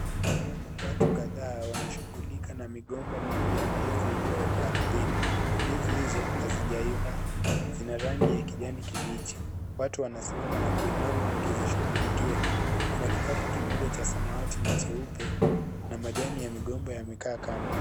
Watu kadhaa wanashughulika na migomba mingi ya ndizi ilio wekwa ardhini, ndizi hizo hazijaiva zina rangi ya kijani kibichi. Watu wanasimama na kuinama wakizishughulikia kuna kikapu kimoja cha samawati na cheupe na majani ya mgomba yamekaa kando.